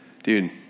dude